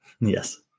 yes